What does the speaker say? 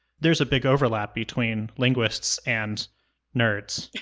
there's a big overlap between linguists and nerds.